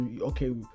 Okay